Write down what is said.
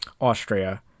Austria